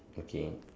okay